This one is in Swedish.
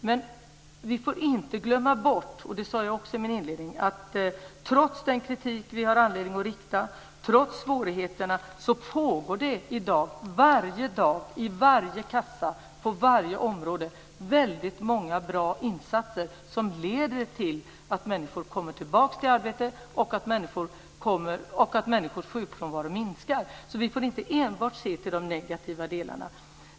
Men vi får inte glömma bort, och det sade jag också i min inledning, att trots den kritik vi har anledning att rikta och trots svårigheterna sker det i dag - varje dag, i varje kassa, på varje område - väldigt många bra insatser som leder till att människor kommer tillbaka i arbete och att människors sjukfrånvaro minskar. Vi får inte se enbart till de negativa delarna.